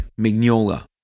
Mignola